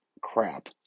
crap